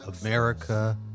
America